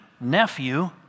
nephew